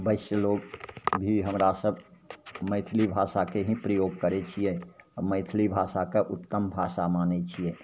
वैश्य लोक भी हमरासभ मैथिली भाषाके ही प्रयोग करै छिए आओर मैथिली भाषाके उत्तम भाषा मानै छिए